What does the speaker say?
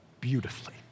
beautifully